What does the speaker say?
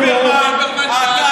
תסביר לנו מי היו שרי הביטחון.